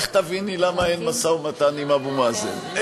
איך תביני למה אין משא-ומתן עם אבו מאזן?